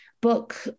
book